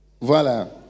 Voilà